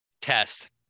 Test